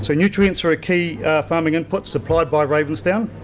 so nutrients are a key farming input supplied by ravensdown,